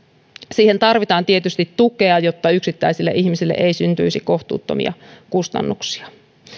siihen tarvitaan tietysti tukea jotta yksittäisille ihmisille ei syntyisi kohtuuttomia kustannuksia